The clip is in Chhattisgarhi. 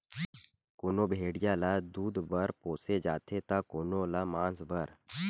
कोनो भेड़िया ल दूद बर पोसे जाथे त कोनो ल मांस बर